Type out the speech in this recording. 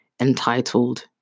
entitled